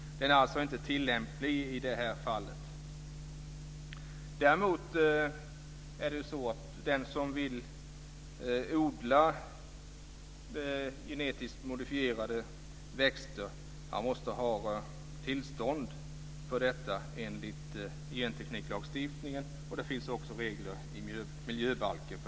Den är alltså inte tilllämplig i det här fallet. Däremot måste den som vill odla genetiskt modifierade växter ha tillstånd för detta enligt gentekniklagstiftningen. Det finns också regler i miljöbalken.